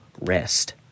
rest